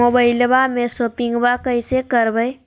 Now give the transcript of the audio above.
मोबाइलबा से शोपिंग्बा कैसे करबै?